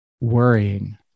worrying